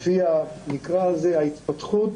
לפי ההתפתחות